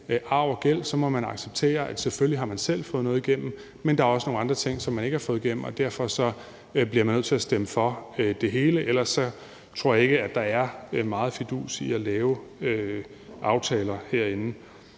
arv og gæld. Så har man selvfølgelig selv fået noget igennem, men man må også acceptere, at der er nogle andre ting, som man ikke har fået igennem, og derfor bliver man nødt til at stemme for det hele. Ellers tror jeg ikke, at der er meget fidus i at lave aftaler herinde.